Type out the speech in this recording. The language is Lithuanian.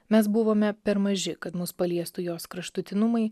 mes buvome per maži kad mus paliestų jos kraštutinumai